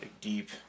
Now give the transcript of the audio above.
deep